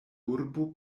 urbo